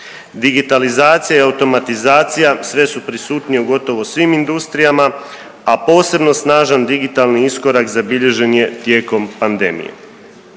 Digitalizacija i automatizacija sve su prisutnije u gotovo svim industrijama, a posebno snažan digitalni iskorak zabilježen je tijekom pandemije.